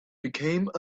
became